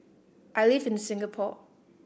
I live in Singapore